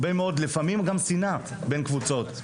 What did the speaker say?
ולפעמים גם שנאה בין קבוצות.